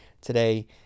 today